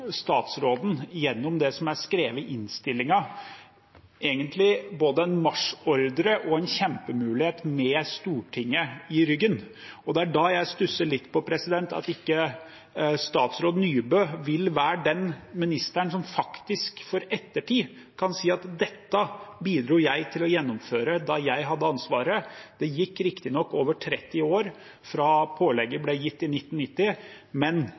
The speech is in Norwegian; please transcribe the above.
statsråden, gjennom det som er skrevet i innstillingen, egentlig både en marsjordre og en kjempemulighet med Stortinget i ryggen. Da stusser jeg litt over at ikke statsråd Nybø vil være den ministeren som for ettertiden faktisk kan si at dette bidro jeg til å gjennomføre da jeg hadde ansvaret – det gikk riktignok over 30 år fra pålegget ble gitt i 1990, men